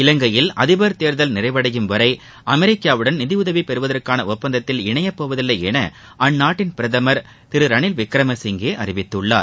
இலங்கையில் அதிபர் தேர்தல் நிறைவடையும் வரை அமெரிக்காவுடன் நிதியுதவி பெறுவதற்கான ஒப்பந்தத்தில் இணைய போவதில்லை என அந்நாட்டின் பிரதமர் திரு ரனில் விக்ரமசிங்கே அறிவித்துள்ளார்